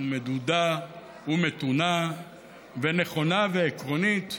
מדודה ומתונה ונכונה ועקרונית,